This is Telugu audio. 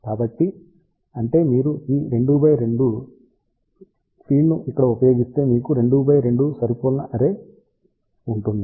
కాబట్టి అంటే మీరు ఈ 2x2 అర్రే ఫీడ్ను ఇక్కడ ఉపయోగిస్తే మీకు 2x2 సరిపోలిన అర్రే సరే ఉంటుంది